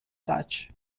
such